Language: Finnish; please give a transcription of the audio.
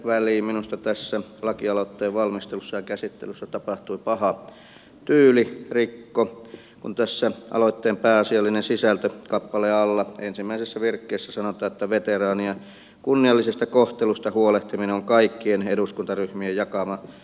minusta tässä lakialoitteen valmistelussa ja käsittelyssä tapahtui paha tyylirikko kun tässä aloitteen pääasiallinen sisältö kappaleen alla ensimmäisessä virkkeessä sanotaan että veteraanien kunniallisesta kohtelusta huolehtiminen on kaikkien eduskuntaryhmien jakama tavoite